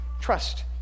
Trust